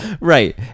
Right